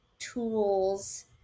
tools